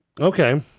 Okay